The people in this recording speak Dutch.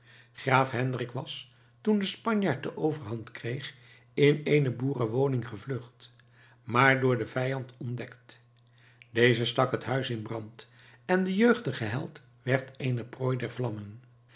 graaf hendrik was toen de spanjaard de overhand kreeg in eene boerenwoning gevlucht maar door den vijand ontdekt deze stak het huis in brand en de jeugdige held werd eene prooi der vlammen